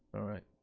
all right,